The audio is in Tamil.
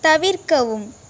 தவிர்க்கவும்